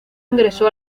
ingresó